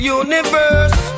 universe